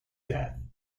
death